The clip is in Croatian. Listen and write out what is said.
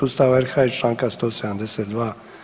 Ustava RH i članka 172.